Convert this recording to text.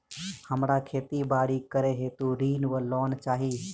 हमरा खेती बाड़ी करै हेतु ऋण वा लोन चाहि?